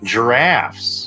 Giraffes